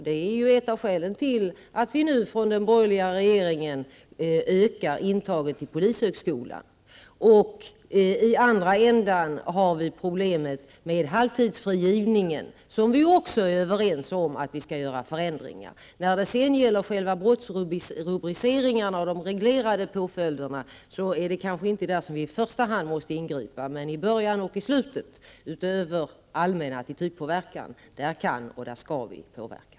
Det är ett av skälen till att vi nu i den borgerliga regeringen ökat intagningen till polishögskolan. I andra ändan har vi problemet med halvtidsfrigivningen, där vi också är överens om att göra förändringar. När det sedan gäller själva brottsrubriceringar och de reglerade påföljderna är det kanske inte där som vi i första hand måste ingripa, men i början och i slutet, utöver den allmänna attitydpåverkan, kan och skall vi påverka.